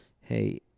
hey